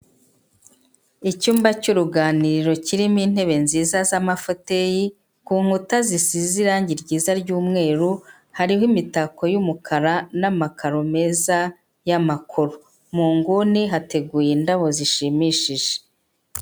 Icyumba cy'uruganiriro kirimo intebe nziza z'amafuyi, ku nkuta zisize irangi ryiza ry'umweru, hariho imitako y'umukara n'amakaro meza y'amako, mu nguni hateguye indabo zishimishije.